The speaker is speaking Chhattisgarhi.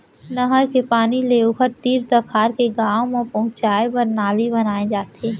नहर के पानी ले ओखर तीर तखार के गाँव म पहुंचाए बर नाली बनाए जाथे